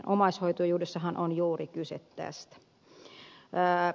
omaishoitajuudessahan on juuri kyse tästä